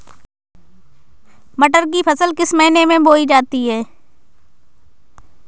मटर की फसल किस महीने में बोई जाती है?